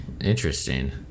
interesting